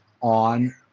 on